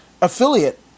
affiliate